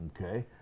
Okay